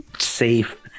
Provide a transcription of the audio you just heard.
safe